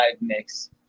mix